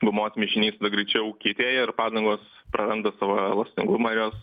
gumos mišinys greičiau kietėja ir padangos praranda savo elastingumą ir jos